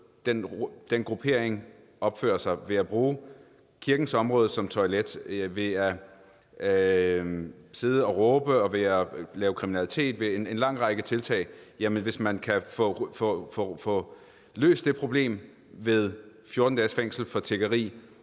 den gruppering opfører sig på ved at bruge kirkens område som toilet, ved at sidde og råbe og ved at lave kriminalitet ved en lang række tiltag, og man kan få løst det problem med at give 14 dages fængsel for tiggeri